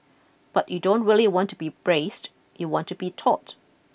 but you don't really want to be braced you want to be taut